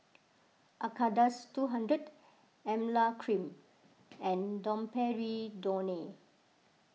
Acardust two hundred Emla Cream and Domperidone